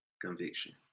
conviction